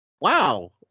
wow